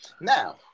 Now